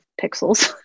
pixels